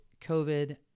COVID